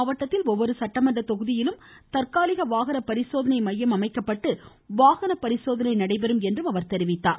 மாவட்டத்தில் ஒவ்வொரு சட்டமன்ற தொகுதியிலும் தற்காலிக வாகன பரிசோதனை மையம் அமைக்கப்பட்டு வாகன பரிசோதனை நடைபெறும் என்று தெரிவித்தார்